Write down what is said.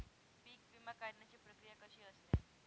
पीक विमा काढण्याची प्रक्रिया कशी असते?